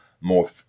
more